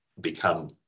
become